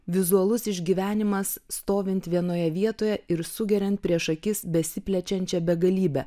vizualus išgyvenimas stovint vienoje vietoje ir sugeriant prieš akis besiplečiančią begalybę